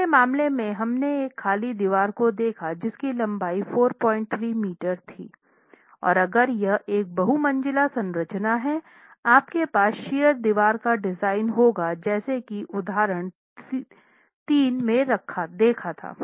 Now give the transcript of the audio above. पिछले मामले में हमने एक खाली दीवार को देखा जिसकी लंबाई 43 मीटर थी और अगर यह एक बहु मंज़िल संरचना है आपके पास शियर दीवार का डिज़ाइन होगा जैसा कि उदाहरण 3 में देखा था